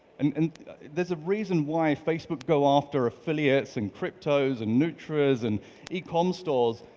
and and there's a reason why facebook go after affiliates and cryptos and nutras and ecom stores.